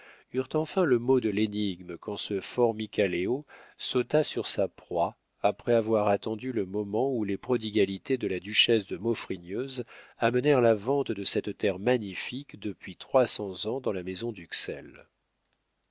enfin le mot de l'énigme quand ce formicaléo sauta sur sa proie après avoir attendu le moment où les prodigalités de la duchesse de maufrigneuse amenèrent la vente de cette terre magnifique depuis trois cents ans dans la maison d'uxelles